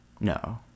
No